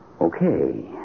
Okay